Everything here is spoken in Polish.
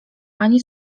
ani